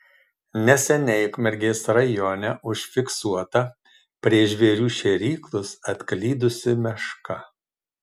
neseniai ukmergės rajone užfiksuota prie žvėrių šėryklos atklydusi meška